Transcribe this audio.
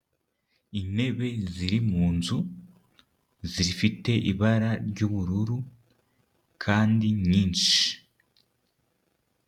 Intebe ziri mu nzu zifite ibara ry'ubururu kandi nyinshi.